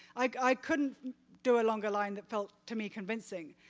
i couldn't do a longer line that felt to me convincing.